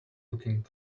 looking